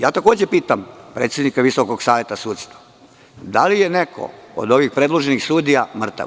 Ja takođe pitam predsednika Visokog saveta sudstva – da li je neko od ovih predloženih sudija mrtav?